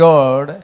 God